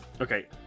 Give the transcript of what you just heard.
Okay